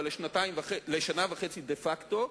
אבל לשנה וחצי דה-פקטו,